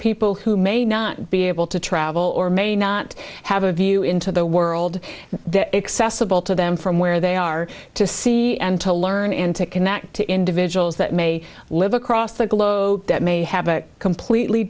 people who may not be able to travel or may not have a view into the world accessible to them from where they are to see and to learn and to connect to individuals that may live across the globe that may have a completely